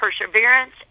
perseverance